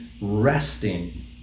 resting